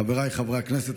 חבריי חברי הכנסת,